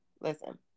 listen